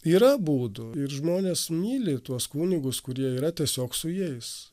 yra būdų ir žmonės myli tuos kunigus kurie yra tiesiog su jais